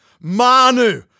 Manu